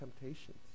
temptations